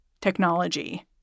technology